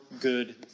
good